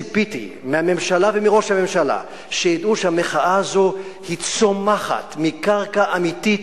ציפיתי מהממשלה ומראש הממשלה שידעו שהמחאה הזאת צומחת מקרקע אמיתית,